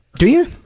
do you?